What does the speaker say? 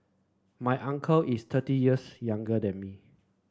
my uncle is thirty years younger than me